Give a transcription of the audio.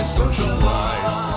socialize